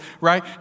right